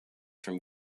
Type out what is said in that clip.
from